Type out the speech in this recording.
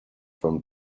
from